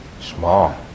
Small